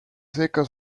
secca